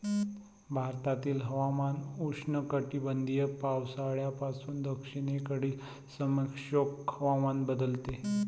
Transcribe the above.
भारतातील हवामान उष्णकटिबंधीय पावसाळ्यापासून दक्षिणेकडील समशीतोष्ण हवामानात बदलते